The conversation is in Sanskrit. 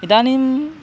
इदानीं